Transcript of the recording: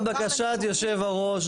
בעקבות בקשת יושב הראש,